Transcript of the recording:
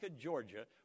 Georgia